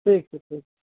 ठीक छै ठीक छै